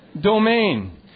domain